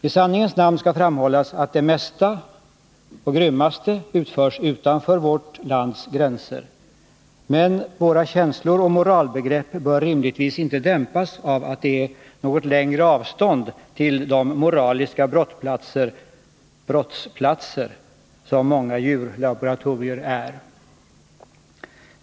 I sanningens namn skall framhållas att de flesta och de grymmaste försöken utförs utanför vårt lands gränser. Men våra känslor och moralbegrepp bör rimligtvis inte dämpas av att det är något längre avstånd till de moraliska brottsplatser som många djurlaboratorier är.